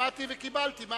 שמעתי וקיבלתי.